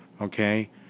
okay